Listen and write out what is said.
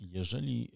Jeżeli